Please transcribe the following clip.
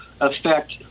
affect